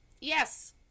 Yes